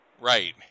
Right